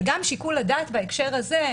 וגם שיקול הדעת בהקשר הזה,